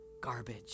Garbage